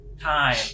time